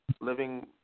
living